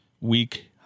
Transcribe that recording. week